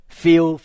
feel